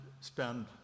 spend